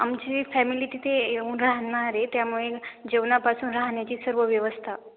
आमची फॅमिली तिथे येऊन राहणार आहे त्यामुळे जेवणापासून राहण्याची सर्व व्यवस्था